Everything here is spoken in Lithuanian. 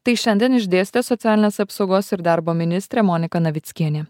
tai šiandien išdėstė socialinės apsaugos ir darbo ministrė monika navickienė